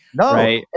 No